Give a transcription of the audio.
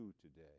today